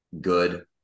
good